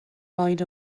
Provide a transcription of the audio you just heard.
lloyd